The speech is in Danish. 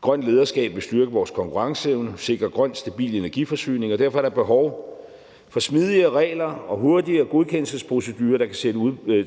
Grønt lederskab styrker vores konkurrenceevne og sikrer grøn, stabil energiforsyning, og derfor er der behov for smidigere regler og hurtigere godkendelsesprocedurer,